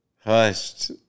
hushed